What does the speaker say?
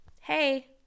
Hey